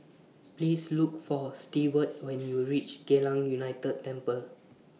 Please Look For Steward when YOU REACH Geylang United Temple